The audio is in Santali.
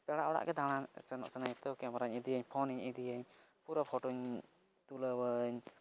ᱯᱮᱲᱟ ᱚᱲᱟᱜ ᱜᱮ ᱫᱟᱬᱟ ᱥᱮᱱᱚᱜ ᱥᱟᱱᱟᱧᱟ ᱛᱚ ᱠᱮᱢᱮᱨᱟᱧ ᱤᱫᱤᱭᱟᱹᱧ ᱯᱷᱳᱱᱤᱧ ᱤᱫᱤᱭᱟᱹᱧ ᱯᱩᱨᱟᱹ ᱯᱷᱚᱴᱳᱧ ᱛᱩᱞᱟᱹᱣᱟᱹᱧ